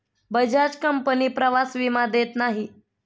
Bajaj company प्रवास विमा देत नाही